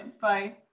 Bye